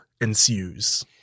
ensues